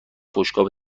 بشقاب